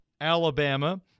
Alabama